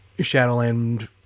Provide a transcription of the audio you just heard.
Shadowland